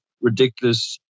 ridiculous